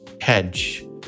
hedge